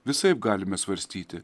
visaip galime svarstyti